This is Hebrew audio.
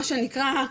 מה שנקרא,